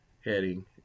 heading